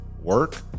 work